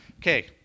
Okay